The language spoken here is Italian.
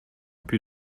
più